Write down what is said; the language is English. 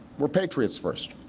we're patriots first.